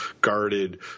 guarded